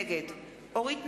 נגד אורית נוקד,